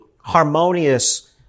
harmonious